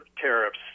tariffs